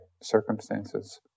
circumstances